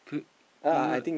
can we can you like